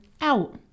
out